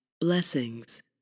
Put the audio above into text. Blessings